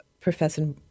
Professor